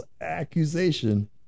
accusation